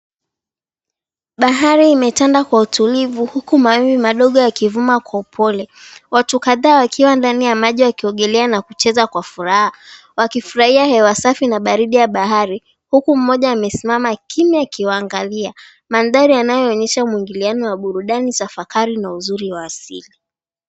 Bahari imetanda kwa utulivu huku mawimbi madogo yakivuma kwa upole. Watu kadhaa wakiwa ndani ya maji wakiogelea na kucheza kwa furaha wakifurahia hewa safi na baridi ya bahari huku mmoja amesimama kimya akiwaangalia. Mandhari yanayoonyesha muingiliano wa burudani za fakari na uzuri wa asili.